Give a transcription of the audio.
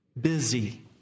Busy